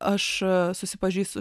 aš susipažįstu